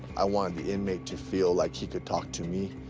i wanted the inmate to feel like he could talk to me,